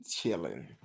chilling